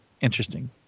interesting